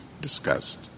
discussed